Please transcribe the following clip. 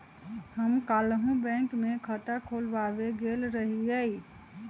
हम काल्हु बैंक में खता खोलबाबे गेल रहियइ